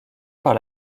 par